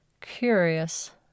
Curious